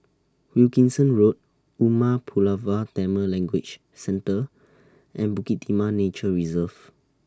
Wilkinson Road Umar Pulavar Tamil Language Centre and Bukit Timah Nature Reserve